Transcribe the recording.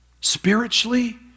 spiritually